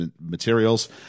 materials